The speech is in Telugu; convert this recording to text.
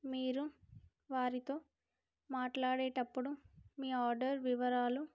మీరు వారితో మాట్లాడేటప్పుడు మీ ఆర్డర్ వివరాలు